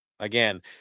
Again